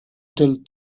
del